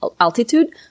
altitude